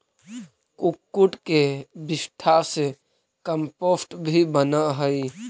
कुक्कुट के विष्ठा से कम्पोस्ट भी बनअ हई